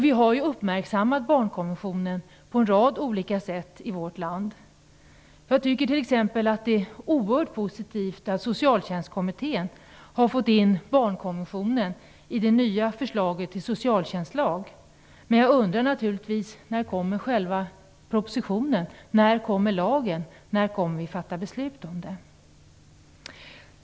Vi har uppmärksammat barnkonventionen på en rad olika sätt i vårt land. Jag tycker t.ex. att det är oerhört positivt att Socialtjänstkommittén har fått in barnkonventionen i det nya förslaget till socialtjänstlag. Men jag undrar naturligtvis: När kommer själva propositionen? När kommer lagen? När kommer vi att fatta beslut?